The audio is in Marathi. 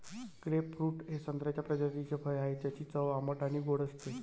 ग्रेपफ्रूट हे संत्र्याच्या प्रजातीचे फळ आहे, ज्याची चव आंबट आणि गोड असते